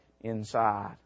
inside